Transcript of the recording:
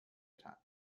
attack